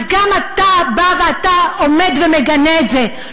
אז גם אתה בא ואתה עומד ומגנה את זה.